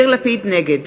נגד